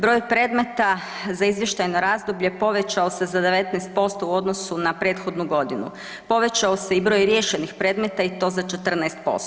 Broj predmeta za izvještajno razdoblje povećao se za 19% u odnosu na prethodnu godinu, povećao se i broj riješenih predmeta i to za 14%